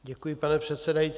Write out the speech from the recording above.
Děkuji, pane předsedající.